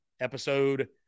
episode